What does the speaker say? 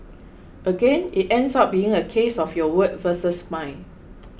again it ends up being a case of your word versus mine